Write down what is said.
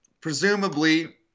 presumably